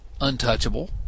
untouchable